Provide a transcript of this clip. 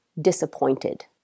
disappointed